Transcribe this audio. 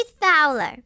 Fowler